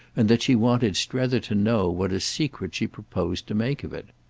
and that she wanted strether to know what a secret she proposed to make of it.